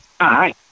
Hi